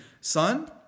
Son